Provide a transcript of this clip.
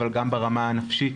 אבל גם ברמה הנפשית,